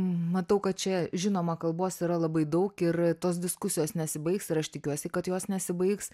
matau kad čia žinoma kalbos yra labai daug ir tos diskusijos nesibaigs ir aš tikiuosi kad jos nesibaigs